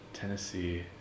Tennessee